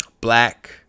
black